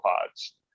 pods